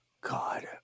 god